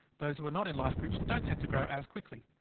those who are not in life group don't tend to grow as quickly.